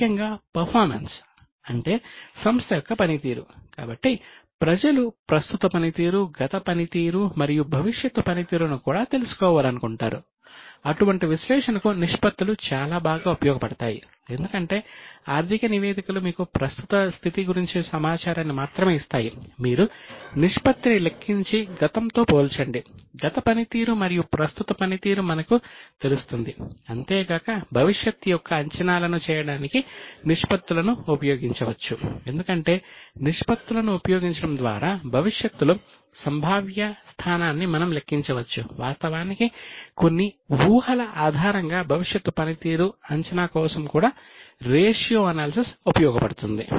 ముఖ్యంగా పర్ఫార్మెన్స్ ఉపయోగపడుతుంది